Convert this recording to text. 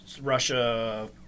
Russia